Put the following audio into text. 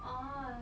orh